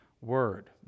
word